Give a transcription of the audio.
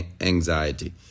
anxiety